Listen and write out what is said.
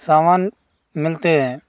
सामान मिलते हैं